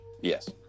Yes